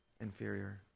inferior